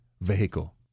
vehicle